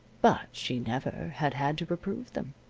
but she never had had to reprove them.